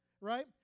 right